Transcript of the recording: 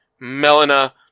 Melina